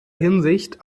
hinsicht